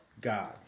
God